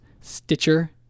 Stitcher